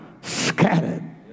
scattered